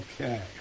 Okay